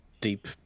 deep